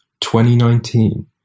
2019